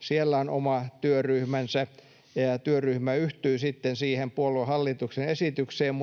siellä on oma työryhmänsä, ja työryhmä yhtyi sitten siihen puoluehallituksen esitykseen.